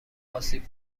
آسیب